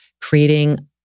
creating